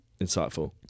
insightful